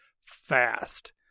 fast